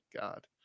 God